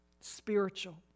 spiritual